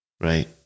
right